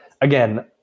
again